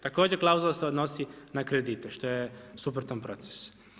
Također klauzula se odnosi na kredite, što je suprotan proces.